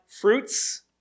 fruits